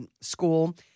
school